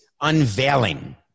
unveiling